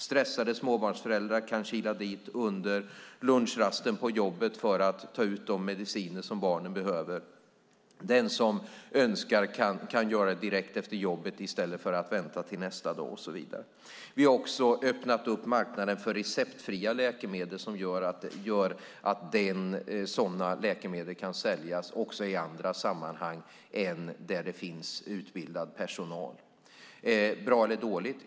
Stressade småbarnsföräldrar kan kila dit under lunchrasten på jobbet för att ta ut de mediciner som barnen behöver, den som önskar kan göra ett besök direkt efter jobbet i stället för att vänta till nästa dag och så vidare. Vi har också öppnat upp marknaden för receptfria läkemedel, så att sådana läkemedel kan säljas i andra sammanhang än där det finns utbildad personal. Är det bra eller dåligt?